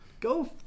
Go